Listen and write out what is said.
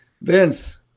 Vince